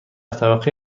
طبقه